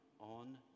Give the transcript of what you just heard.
on